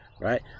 Right